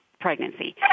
pregnancy